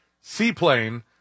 seaplane